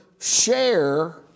share